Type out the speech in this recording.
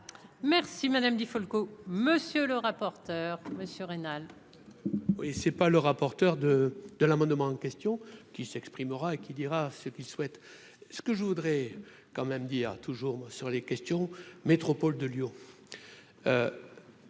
Merci madame Di Falco, monsieur le rapporteur monsieur rénale.